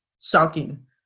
shocking